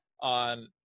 on